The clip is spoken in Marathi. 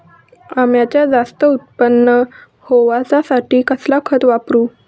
अम्याचा जास्त उत्पन्न होवचासाठी कसला खत वापरू?